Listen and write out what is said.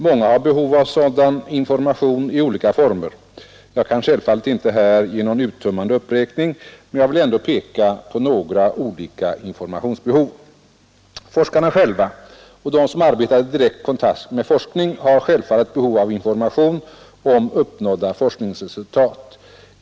Många har behov av sådan information i olika former. Jag kan självfallet inte här ge någon uttömmande uppräkning, men jag vill ändå peka på några olika informationsbehov. Forskarna själva och de som arbetar i direkt kontakt med forskning har självfallet behov av information om uppnådda forskningsresultat.